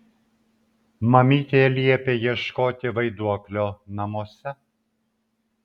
mamytė liepė ieškoti vaiduoklio namuose